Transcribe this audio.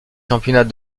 championnats